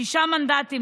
שישה מנדטים,